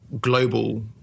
global